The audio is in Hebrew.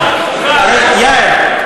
יאיר,